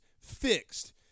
fixed